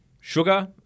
sugar